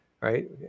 right